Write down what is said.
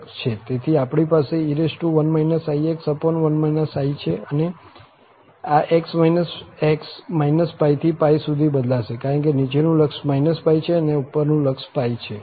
તેથી આપણી પાસે e1 ix1 i છે અને આ x π થી π સુધી બદલાશે કારણ કે નીચેનું લક્ષ π છે અને ઉપરનું લક્ષ π છે